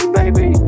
baby